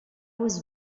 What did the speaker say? was